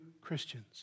Christians